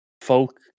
folk